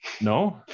No